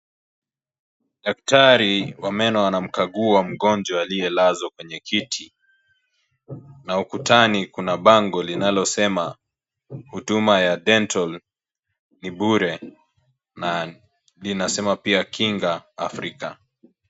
Daktari wa meno anamkagua mgonjwa aliyelazwa kwenye kiti, na ukutani kuna bango linalosema huduma ya dental ni bure na inasema pia kinga hakika.